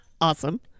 Awesome